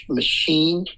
machine